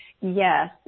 Yes